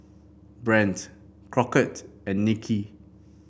Brant Crockett and Nikki